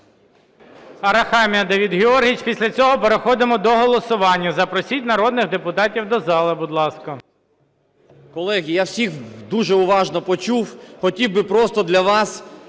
Колеги, я всіх дуже уважно почув, хотів би просто для вас